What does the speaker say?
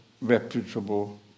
reputable